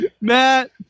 Matt